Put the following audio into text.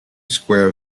square